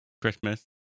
Christmas